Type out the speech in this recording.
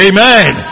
Amen